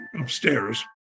upstairs